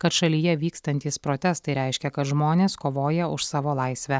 kad šalyje vykstantys protestai reiškia kad žmonės kovoja už savo laisvę